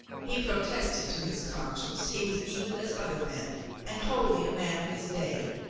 he pro tested to his conscience he was even as other men and wholly a man of his day,